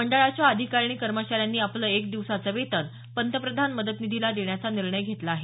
मंडळाच्या अधिकारी आणि कर्मचाऱ्यांनी आपलं एक दिवसाचं वेतन पंतप्रधान मदत निधीला देण्याचा निर्णय घेतला आहे